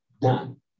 done